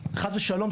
חס ושלום,